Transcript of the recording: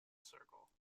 circle